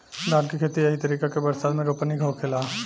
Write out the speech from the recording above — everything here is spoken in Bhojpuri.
धान के खेती एही तरीका के बरसात मे रोपनी होखेला